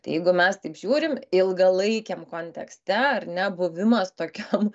tai jeigu mes taip žiūrim ilgalaikiam kontekste ar ne buvimas tokiam